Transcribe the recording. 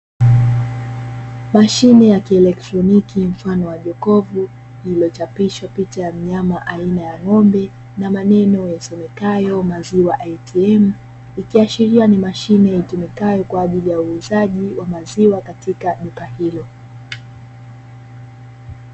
Mashine ya kieletroniki mfano wa jokofu iliyochapishwa picha ya mnyama aina ya ng'ombe na maneno yasomekayo maziwa "ATM". Ikiashiria ni mashine itumikayo kwa ajili ya uuzaji wa maziwa katika duka hilo.